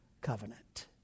covenant